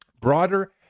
Broader